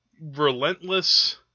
relentless